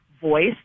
voice